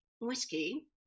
whiskey